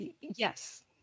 Yes